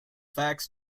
facts